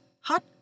hot